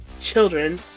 children